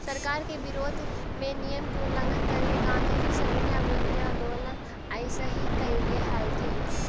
सरकार के विरोध में नियम के उल्लंघन करके गांधीजी सविनय अवज्ञा अइसही कैले हलथिन